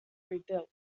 rebuilt